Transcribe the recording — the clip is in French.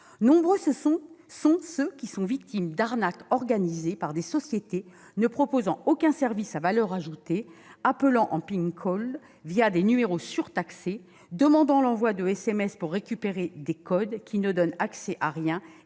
Nombreux sont ceux qui sont victimes d'arnaques, organisées par des sociétés ne proposant aucun service à valeur ajoutée, appelant en des numéros surtaxés, demandant l'envoi de SMS pour récupérer des codes qui ne donnent accès à rien